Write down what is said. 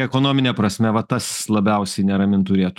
ekonomine prasme va tas labiausiai neramint turėtų